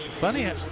Funny